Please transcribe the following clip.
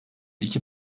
iki